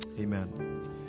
Amen